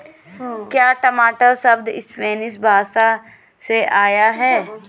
क्या टमाटर शब्द स्पैनिश भाषा से आया है?